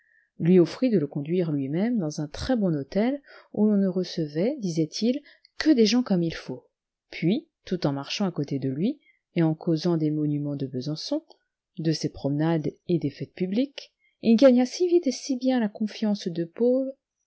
lui oftrit de le conduire lui-même dans un très-bon hôtel où l'on ne recevait disait-il que des gens comme il faut puis tout en marchant à côté de lui et en causant des monuments de besançon de ses promenades et des fêtes publiques il gagna si vite et si bien la confiance de paul